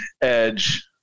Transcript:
edge